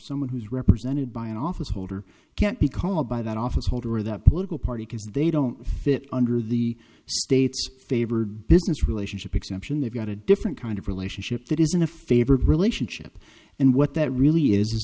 someone who's represented by an office holder can't be called by that office holder or that political party because they don't fit under the state's favored business relationship exception they've got a different kind of relationship that isn't a favored relationship and what that really is